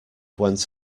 went